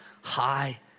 high